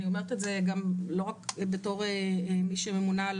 ואני אומרת את זה לא רק בתור מי שממונה על